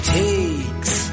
takes